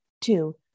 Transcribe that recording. Two